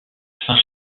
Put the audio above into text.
saint